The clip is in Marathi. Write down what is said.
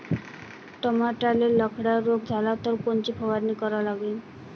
टमाट्याले लखड्या रोग झाला तर कोनची फवारणी करा लागीन?